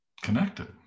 connected